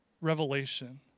revelation